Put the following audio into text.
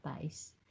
base